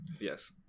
Yes